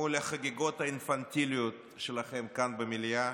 מול החגיגות האינפנטיליות שלכם כאן במליאה,